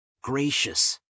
gracious